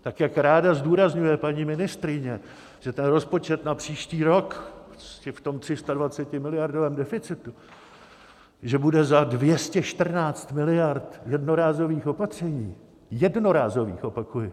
Tak jak ráda zdůrazňuje paní ministryně, že ten rozpočet na příští rok, v tom 320miliardovém deficitu bude za 214 miliard jednorázových opatření jednorázových, opakuji.